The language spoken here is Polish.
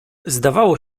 zdawało